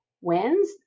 wins